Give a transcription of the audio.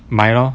买 lor